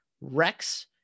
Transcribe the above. Rex